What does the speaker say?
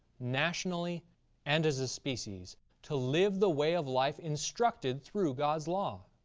nationally and as a species to live the way of life instructed through god's law.